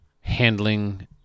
handling